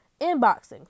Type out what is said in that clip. inboxing